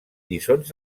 lliçons